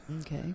Okay